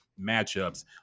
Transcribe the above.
matchups